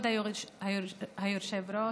כבוד היושב-ראש,